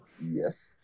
Yes